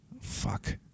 fuck